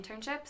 internships